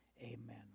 amen